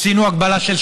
עשינו הגבלה של